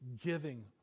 giving